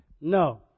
No